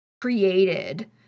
created